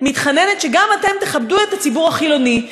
מתחננת שגם אתם תכבדו את הציבור החילוני.